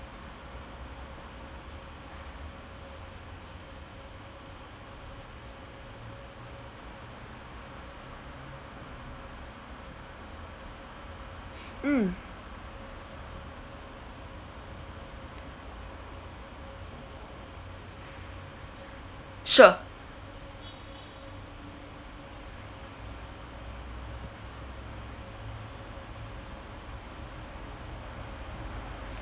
mm sure